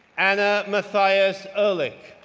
anna mathias ehrlich,